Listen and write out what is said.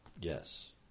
Yes